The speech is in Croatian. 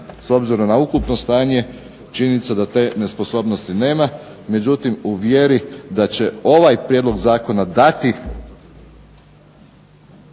s obzirom na ukupno stanje činjenica da te nesposobnosti nema. Međutim, u vjeri da će ovaj prijedlog zakona dati